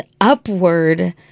upward